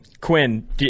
Quinn